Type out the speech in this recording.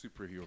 superhero